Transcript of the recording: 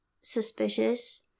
suspicious